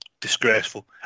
disgraceful